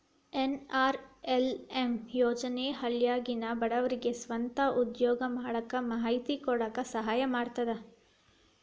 NRLM ಯೋಜನೆ ಹಳ್ಳ್ಯಾಗಿನ ಬಡವರಿಗೆ ಸ್ವಂತ ಉದ್ಯೋಗಾ ಮಾಡಾಕ ಮಾಹಿತಿ ಕೊಡಾಕ ಸಹಾಯಾ ಮಾಡ್ತದ